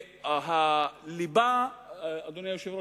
אדוני היושב-ראש,